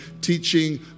teaching